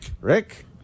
Rick